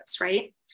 right